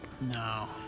No